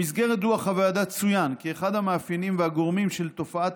במסגרת דוח הוועדה צוין כי אחד המאפיינים והגורמים של תופעת